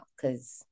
Cause